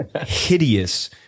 hideous